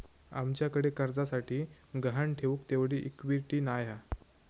आमच्याकडे कर्जासाठी गहाण ठेऊक तेवढी इक्विटी नाय हा